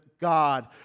God